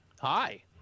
Hi